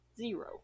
Zero